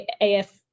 af